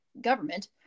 government